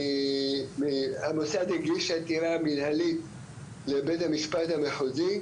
מהמוסד הגיש עתירה מנהלית לבית המשפט המחוזי,